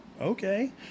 okay